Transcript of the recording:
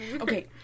Okay